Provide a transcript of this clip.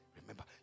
Remember